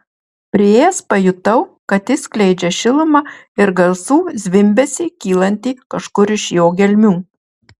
priėjęs pajutau kad jis skleidžia šilumą ir garsų zvimbesį kylantį kažkur iš jo gelmių